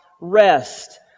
rest